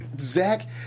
Zach